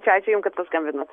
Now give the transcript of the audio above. čia ačiū jum kad paskambinot